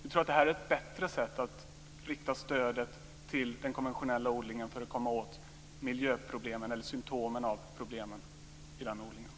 Vi tror att det här är ett bättre sätt att rikta stödet till den konventionella odlingen för att komma åt symtomen på miljöproblemen i den odlingen.